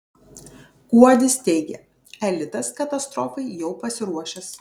kuodis teigia elitas katastrofai jau pasiruošęs